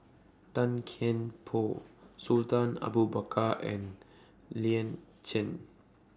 Tan Kian Por Sultan Abu Bakar and Lin Chen